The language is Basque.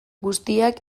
guztiak